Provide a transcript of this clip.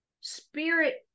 Spirit